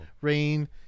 rain